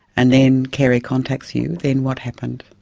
and then kerrie contacts you, then what happened?